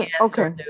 Okay